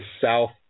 south